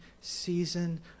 season